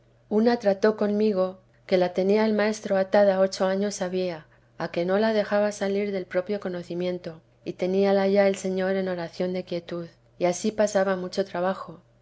una trató conmigo que la tenía el maestro atada ocho años había a que no la dejaba salir del propio conocimiento y teníala ya el señor en oración de quietud y ansí pasaba mucho trabajo